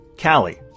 Callie